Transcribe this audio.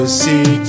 see